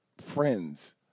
friends